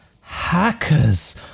hackers